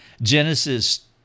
Genesis